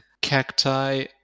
cacti